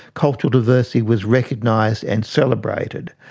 cultural diversity was recognised and celebrated.